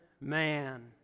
man